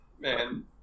Man